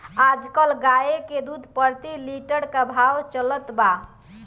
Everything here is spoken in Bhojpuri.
आज कल गाय के दूध प्रति लीटर का भाव चलत बा?